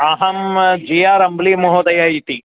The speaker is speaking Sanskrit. अहं जि आर् अम्ली महोदय इति